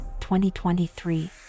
2023